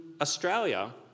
Australia